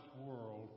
world